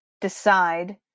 decide